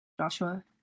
Joshua